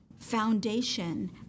foundation